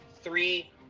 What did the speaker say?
three